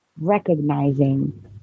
recognizing